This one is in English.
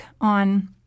on